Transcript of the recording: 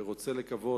אני רוצה לקוות